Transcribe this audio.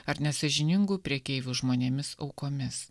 ar nesąžiningų prekeivių žmonėmis aukomis